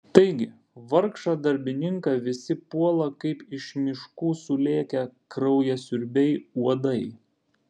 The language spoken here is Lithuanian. taigi vargšą darbininką visi puola kaip iš miškų sulėkę kraujasiurbiai uodai